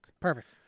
Perfect